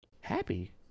happy